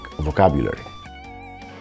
vocabulary